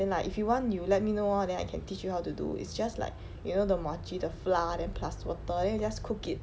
then like if you want you let me know lor then I can teach you how to do it's just like you know the muah chee 的 flour then plus water then you just cook it